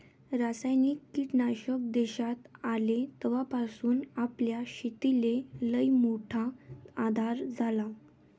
रासायनिक कीटकनाशक देशात आले तवापासून आपल्या शेतीले लईमोठा आधार झाला